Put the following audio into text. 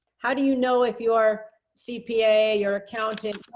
how do you know if your cpa, your accountant